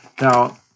Now